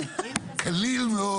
קליל מאוד.